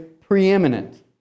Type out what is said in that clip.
preeminent